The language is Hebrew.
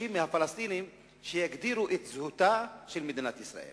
מבקשים מהפלסטינים שיגדירו את זהותה של מדינת ישראל